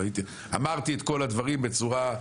אמרתי את כל הדברים בצורה,